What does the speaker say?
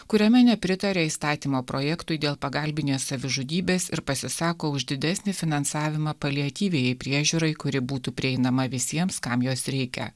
kuriame nepritarė įstatymo projektui dėl pagalbinės savižudybės ir pasisako už didesnį finansavimą paliatyviajai priežiūrai kuri būtų prieinama visiems kam jos reikia